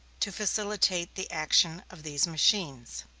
to facilitate the action of these machines.